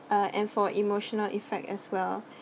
uh and for emotional effect as well